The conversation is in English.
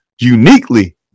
Uniquely